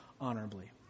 honorably